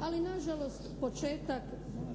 Ali nažalost početak